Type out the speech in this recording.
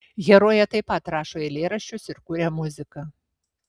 herojė taip pat rašo eilėraščius ir kuria muziką